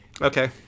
okay